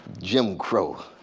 jim crow,